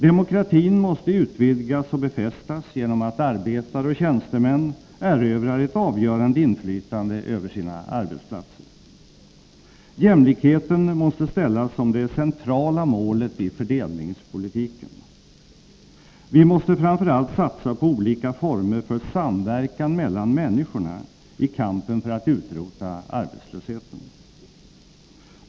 Demokratin måste utvidgas och befästas genom att arbetare och tjänstemän erövrar ett avgörande inflytande över sina arbetsplatser. Jämlikheten måste ställas som det centrala målet i fördelningspolitiken. Vi måste framför allt satsa på olika former för samverkan mellan människorna i kampen för att utrota arbetslösheten.